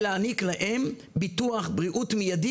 לעשות את השינוי הזה שנראה לי שינוי חיוני מאוד,